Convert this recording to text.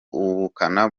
ubukana